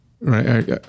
Right